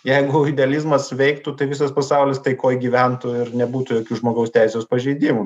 jeigu idealizmas veiktų tai visas pasaulis taikoj gyventų ir nebūtų jokių žmogaus teisės pažeidimų